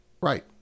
Right